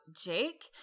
jake